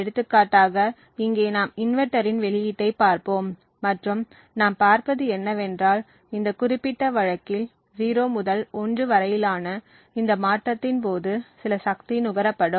எடுத்துக்காட்டாக இங்கே நாம் இன்வெர்ட்டரின் வெளியீட்டை பார்ப்போம் மற்றும் நாம் பார்ப்பது என்னவென்றால் இந்த குறிப்பிட்ட வழக்கில் 0 முதல் 1 வரையிலான இந்த மாற்றத்தின் போது சில சக்தி நுகரப்படும்